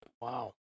Wow